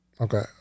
Okay